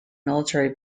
military